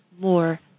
more